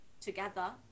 Together